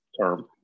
term